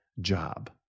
job